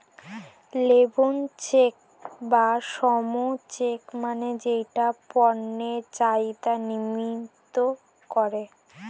labour check বা শ্রম check মানে যেটা পণ্যের চাহিদা নিয়ন্ত্রন করে